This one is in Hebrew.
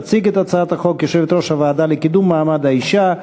תציג את הצעת החוק יושבת-ראש הוועדה לקידום מעמד האישה,